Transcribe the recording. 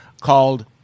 called